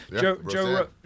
Joe